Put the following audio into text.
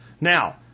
Now